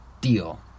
Deal